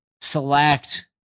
select